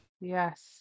Yes